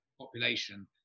population